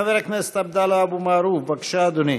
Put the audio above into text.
חבר הכנסת עבדאללה אבו מערוף, בבקשה, אדוני,